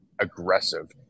aggressive